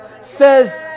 says